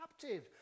captive